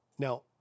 Now